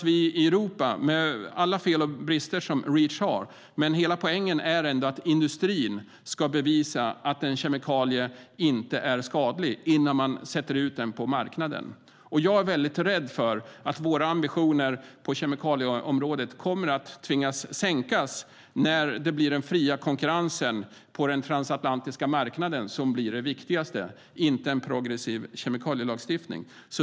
I Europa, med alla fel och brister som Reach har, är däremot hela poängen att industrin ska bevisa att en kemikalie inte är skadlig innan den sätts ut på marknaden. Jag är väldigt rädd för att vi kommer att tvingas sänka våra ambitioner på kemikalieområdet när fri konkurrens på den transatlantiska marknaden blir det viktigaste, inte en progressiv kemikalielagstiftning.